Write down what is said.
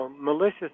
malicious